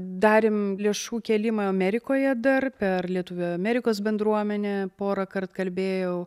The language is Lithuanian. darėm lėšų kėlimą amerikoje dar per lietuvių amerikos bendruomenę porąkart kalbėjau